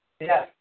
Yes